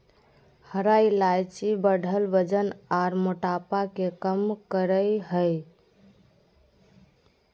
हरा इलायची बढ़ल वजन आर मोटापा के कम करई हई